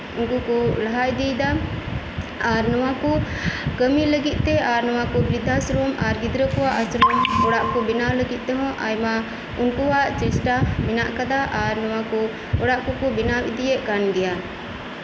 ᱩᱱᱠᱩ ᱠᱚ ᱞᱟᱦᱟ ᱤᱫᱤᱭᱮᱫᱟ ᱟᱨ ᱱᱚᱣᱟ ᱠᱚ ᱠᱟᱹᱢᱤ ᱞᱟᱹᱜᱤᱫᱛᱮ ᱟᱨ ᱱᱚᱣᱟ ᱵᱤᱨᱫᱫᱷᱟ ᱟᱥᱨᱚᱢ ᱜᱤᱫᱽᱨᱟᱹ ᱠᱚᱣᱟᱜ ᱟᱥᱨᱚᱢ ᱚᱲᱟᱜ ᱠᱚ ᱵᱮᱱᱟᱣ ᱞᱟᱹᱜᱤᱫ ᱛᱮᱦᱚᱸ ᱩᱱᱠᱩᱣᱟᱜ ᱟᱭᱢᱟ ᱪᱮᱥᱴᱟ ᱢᱮᱱᱟᱜ ᱠᱟᱫᱟ ᱟᱨ ᱱᱚᱣᱟ ᱠᱚ ᱚᱲᱟᱜ ᱠᱚᱠᱚ ᱵᱮᱱᱟᱣ ᱤᱫᱤᱭᱮᱜ ᱠᱟᱱ ᱜᱮᱭᱟ